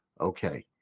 okay